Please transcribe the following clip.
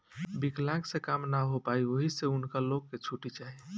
विकलांक से काम पूरा ना हो पाई ओहि से उनका लो के छुट्टी चाही